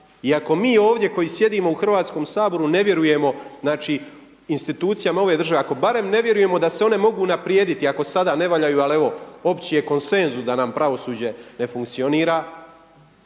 I ako mi ovdje koji sjedimo u Hrvatskom saboru ne vjerujemo, znači institucijama ove države, ako barem ne vjerujemo da se one mogu unaprijediti ako sada na valjaju, ali evo opći je konsenzus da nam pravosuđe ne funkcionira